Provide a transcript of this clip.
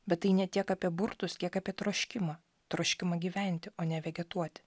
bet tai ne tiek apie burtus kiek apie troškimą troškimą gyventi o ne vegetuoti